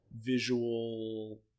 visual